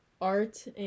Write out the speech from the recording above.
Art